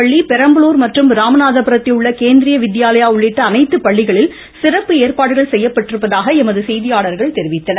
தூத்துக்குடி பெரம்பலூர் மற்றும் ராமநாதபுரத்தில் உள்ள கேந்தீரிய வித்யாலயா உள்ளிட்ட அனைத்து பள்ளிகளில் சிறப்பு ஏற்பாடுகள் செய்யப்பட்டிருந்தாக எமது செய்தியாளர்கள் தெரிவித்தனர்